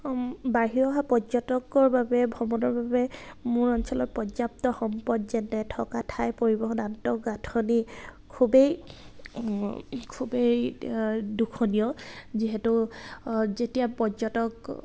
বাঢ়ি অহা পৰ্যটকৰ বাবে ভ্ৰমণৰ বাবে মোৰ অঞ্চলৰ পৰ্যাপ্ত সম্পদ যেনে থকা ঠাই পৰিৱহণ আন্তঃগাঁথনি খুবেই খুবেই দুখনীয় যিহেতু যেতিয়া পৰ্যটক